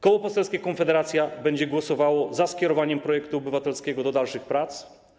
Koło Poselskie Konfederacja będzie głosowało za skierowaniem projektu obywatelskiego do dalszych prac.